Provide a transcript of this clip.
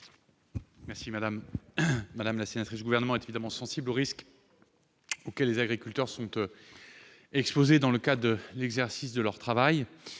la sénatrice, vous le savez, le Gouvernement est évidemment sensible aux risques auxquels les agriculteurs sont exposés dans le cadre de l'exercice de leur travail.